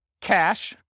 cash